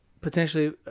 Potentially